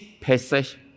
passage